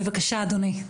בבקשה אדוני.